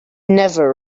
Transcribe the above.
never